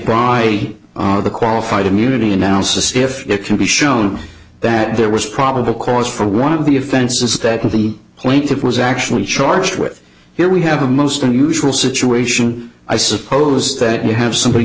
by the qualified immunity and now see if it can be shown that there was probable cause for one of the offenses that the plaintiff was actually charged with here we have a most unusual situation i suppose that you have somebody